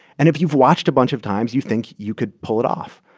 and if you've watched a bunch of times, you think you could pull it off,